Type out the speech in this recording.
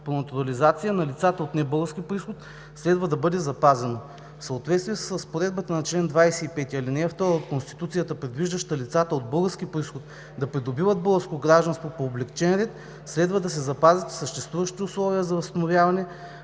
по натурализация на лицата от небългарски произход следва да бъде запазено. В съответствие с разпоредбата на чл. 25, ал. 2 от Конституцията, предвиждаща лицата от български произход да придобиват българско гражданство по облекчен ред, следва да се запазят и съществуващите условия за възстановяване